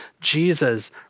Jesus